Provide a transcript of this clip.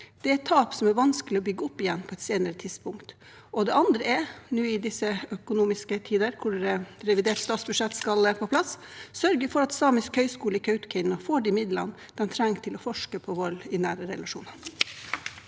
Det er et tap som er vanskelig å bygge opp igjen på et senere tidspunkt. Det andre er – nå i disse økonomiske tider hvor revidert statsbudsjett skal på plass – å sørge for at Samisk høgskole i Kautokeino får de midlene de trenger til å forske på vold i nære relasjoner.